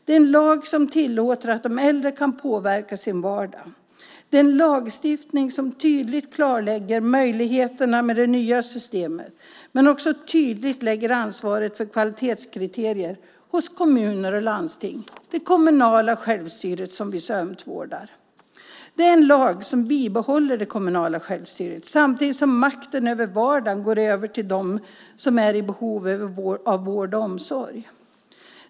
Det är en lag som tillåter att de äldre kan påverka sin vardag. Det är en lagstiftning som tydligt klarlägger möjligheterna med det nya systemet, men också tydligt lägger ansvaret för kvalitetskriterier hos kommuner och landsting. Det kommunala självstyret vårdar vi ömt. Det är en lag som bibehåller det kommunala självstyret, samtidigt som makten över vardagen går över till dem som är i behov av vård och omsorg.